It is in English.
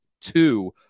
two